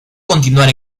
continuar